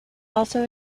also